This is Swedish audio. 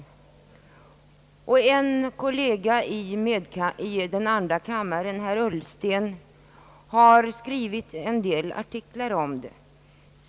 En kollega i andra kammaren, herr Ullsten, har skrivit en del artiklar i ämnet.